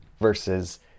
versus